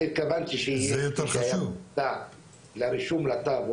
אני התכוונתי מי שהיה חסם לרישום בטאבו,